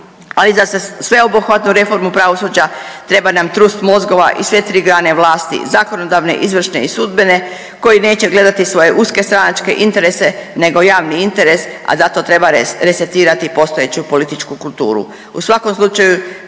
Ali da za sveobuhvatnu reformu pravosuđa treba nam trust mozgova i sve tri grane vlasti zakonodavne, izvršne i sudbene koji neće gledati svoje uske stranačke interese nego javni interes, a za to treba resetirati postojeću političku kulturu. U svakom slučaju